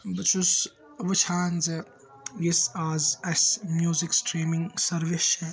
بہٕ چھُس وُچھان زِ یُس اَز اَسہِ میٛوٗزِک سِٹریٖمِنٛگ سٔروِس چھَ